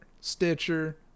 stitcher